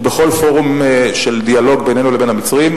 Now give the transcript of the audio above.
ובכל פורום של דיאלוג בינינו לבין המצרים,